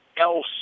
else